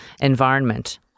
environment